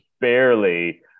barely